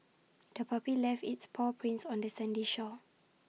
the puppy left its paw prints on the sandy shore